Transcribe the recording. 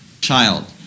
child